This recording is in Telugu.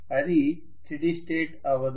అది స్టీడి స్టేట్ అవ్వదు